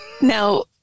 now